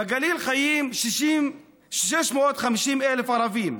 בגליל חיים 650,000 ערבים,